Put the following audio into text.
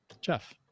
Jeff